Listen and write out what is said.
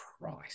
christ